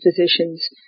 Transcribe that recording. physicians